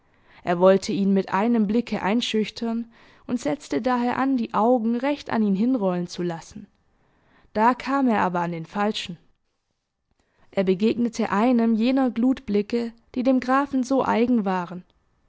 er wollte ihn mit einem blicke einschüchtern und setzte daher an die augen recht an ihn hinrollen zu lassen da kam er aber an den falschen er begegnete einem jener glutblicke die dem grafen so eigen waren